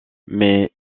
mais